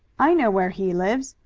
i know where he lives.